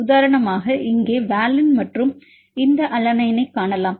உதாரணமாக இங்கே வாலின மற்றும் இந்த அலனைனைக் காணலாம்